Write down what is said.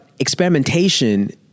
experimentation